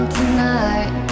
tonight